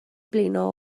blino